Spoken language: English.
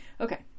Okay